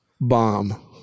bomb